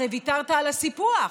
הרי ויתרת על הסיפוח,